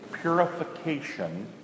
purification